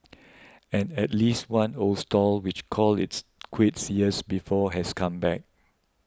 and at least one old stall which called its quits years before has come back